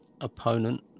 opponent